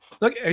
Look